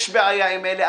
יש בעיה עם אלה,